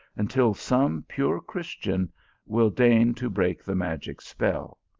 until some pure christian will deign to break the magic spell.